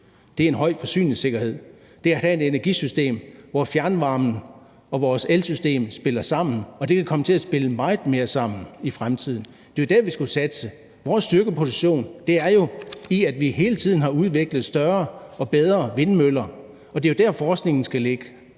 Det er en høj forsyningssikkerhed. Det er at have et energisystem, hvor fjernvarmen og vores elsystem spiller sammen, og det vil komme til at spille meget mere sammen i fremtiden. Det var jo der, vi skulle satse. Vores styrkeposition er jo, at vi hele tiden har udviklet større og bedre vindmøller, og det er jo der, forskningen skal ligge.